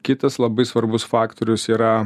kitas labai svarbus faktorius yra